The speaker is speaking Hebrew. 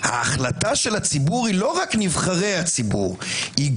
ההחלטה של הציבור היא לא רק נבחרי הציבור אלא